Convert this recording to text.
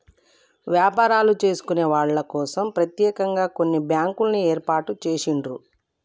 వ్యాపారాలు చేసుకునే వాళ్ళ కోసం ప్రత్యేకంగా కొన్ని బ్యాంకుల్ని ఏర్పాటు చేసిండ్రు